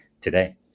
today